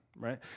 right